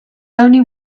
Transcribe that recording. only